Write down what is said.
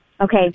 Okay